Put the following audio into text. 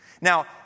Now